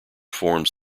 forms